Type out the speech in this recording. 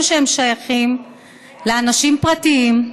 אפילו שהם שייכים לאנשים פרטיים,